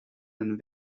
een